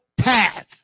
path